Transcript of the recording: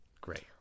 Great